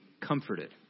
comforted